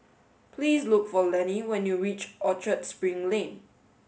please look for Lennie when you reach Orchard Spring Lane